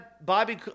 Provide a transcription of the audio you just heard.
Bobby